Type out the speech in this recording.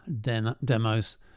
Demos